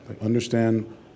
Understand